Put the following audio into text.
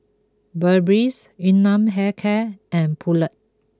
Burberry Yun Nam Hair Care and Poulet